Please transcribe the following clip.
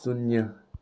शुन्य